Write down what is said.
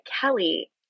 Kelly